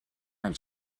del